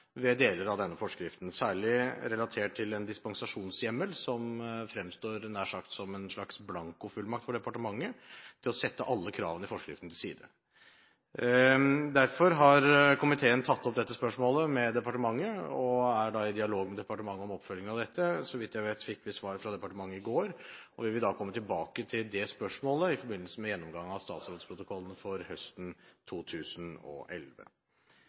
ved deler av denne forskriften, særlig relatert til en dispensasjonshjemmel, som fremstår nær sagt som en blankofullmakt for departementet til å sette alle kravene i forskriften til side. Derfor har komiteen tatt opp dette spørsmålet med departementet og er i dialog med departementet om oppfølgingen av dette. Så vidt jeg vet, fikk vi svar fra departementet i går. Vi kommer tilbake til det spørsmålet i forbindelse med gjennomgang av statsrådsprotokollene for høsten 2011.